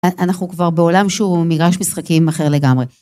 אנחנו כבר בעולם שהוא מגרש משחקים אחר לגמרי.